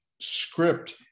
script